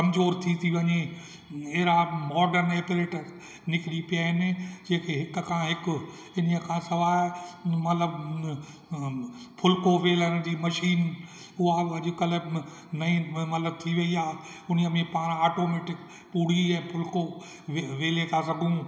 कमज़ोरु थी थी वञे अहिड़ा मॉडन ऐप्रेटर निकिरी पिया आहिनि जेके हिक खां हिकु इन्हीअ खां सवाइ मतिलबु फुलिको वेलण जी मशीन उहा बि अॼु कल्ह नईं मतिलबु थी वई आहे उन में पाण आटोमेटिक पुरी ऐं फुलिको उहे वेले था सघूं